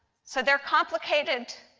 so they are complicated,